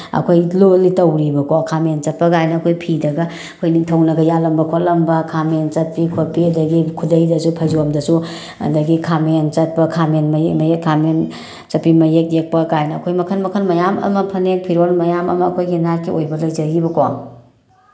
ꯑꯩꯈꯣꯏ ꯂꯣꯜꯂꯤ ꯇꯧꯔꯤꯕꯀꯣ ꯈꯥꯃꯦꯟ ꯆꯠꯄ ꯀꯥꯏꯅ ꯑꯩꯈꯣꯏ ꯐꯤꯗꯒ ꯑꯩꯈꯣꯏ ꯅꯤꯡꯊꯧꯅꯒ ꯌꯥꯜꯂꯝꯕ ꯈꯣꯠꯂꯝꯕ ꯈꯥꯃꯦꯟ ꯆꯠꯄꯤ ꯈꯣꯠꯄꯤ ꯑꯗꯒꯤ ꯈꯨꯗꯩꯗꯁꯨ ꯐꯩꯖꯣꯝꯗꯁꯨ ꯑꯗꯒꯤ ꯈꯥꯃꯦꯟ ꯆꯠꯄ ꯈꯥꯃꯦꯟ ꯃꯌꯦꯛ ꯃꯔꯦꯛ ꯈꯥꯃꯦꯟ ꯆꯠꯄꯤ ꯃꯌꯦꯛ ꯌꯦꯛꯄ ꯀꯥꯏꯅ ꯑꯩꯈꯣꯏ ꯃꯈꯟ ꯃꯈꯟ ꯃꯌꯥꯝ ꯑꯃ ꯐꯅꯦꯛ ꯐꯤꯔꯣꯜ ꯃꯌꯥꯝ ꯑꯃ ꯑꯩꯈꯣꯏꯒꯤ ꯅꯥꯠꯀꯤ ꯑꯣꯏꯕ ꯂꯩꯖꯔꯤꯕꯀꯣ